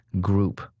group